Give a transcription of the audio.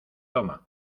toma